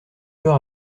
peur